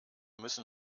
müssen